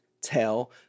tell